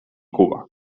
cuba